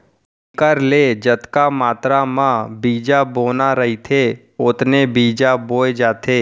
एखर ले जतका मातरा म बीजा बोना रहिथे ओतने बीजा बोए जाथे